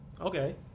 Okay